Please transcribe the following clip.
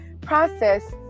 process